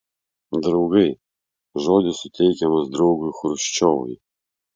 draugai žodis suteikiamas draugui chruščiovui